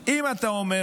אם אתה אומר לי